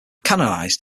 canonized